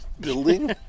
building